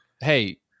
Hey